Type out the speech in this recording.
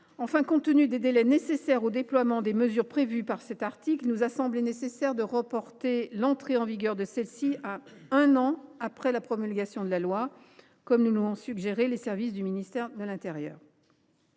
Enfin, compte tenu des délais de déploiement des mesures prévues par cet article, il nous a semblé nécessaire de reporter l’entrée en vigueur de celles ci à un an après la promulgation de la loi, comme nous l’ont suggéré les services du ministère de l’intérieur.